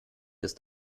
ist